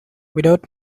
without